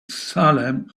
salem